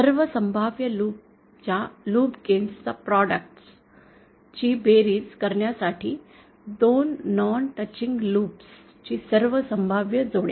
सर्व संभाव्य लूपच्या लूप गेन प्रॉडक्ट्स ची बेरीज करण्यासाठी 2 नॉन टचिंग लूप ची सर्व संभाव्य जोड्या